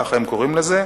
כך הם קוראים לזה,